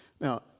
Now